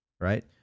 Right